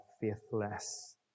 faithless